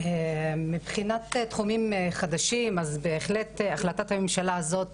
מבחינת תחומים חדשים אז בהחלט החלטת הממשלה הזאת